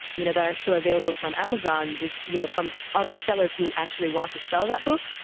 you know, that are still available from amazon just, you know, from other sellers who actually want to sell that book,